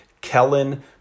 Kellen